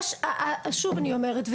אני אומרת שוב,